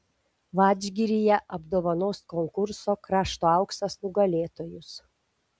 vadžgiryje apdovanos konkurso krašto auksas nugalėtojus